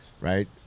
right